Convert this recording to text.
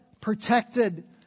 protected